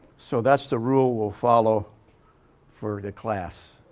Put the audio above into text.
so, that's the rule we'll follow for the class.